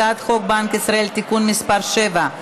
הצעת חוק בנק ישראל (תיקון מס' 7),